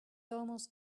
almost